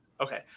Okay